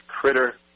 critter